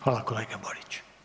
Hvala kolega Borić.